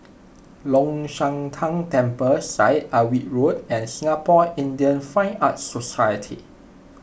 Long Shan Tang Temple Syed Alwi Road and Singapore Indian Fine Arts Society